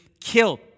killed